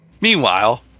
Meanwhile